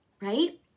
right